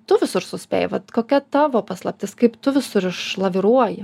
tu visur suspėji vat kokia tavo paslaptis kaip tu visur išlaviruoji